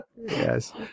Yes